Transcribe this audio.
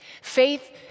faith